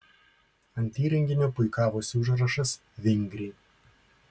ant įrenginio puikavosi užrašas vingriai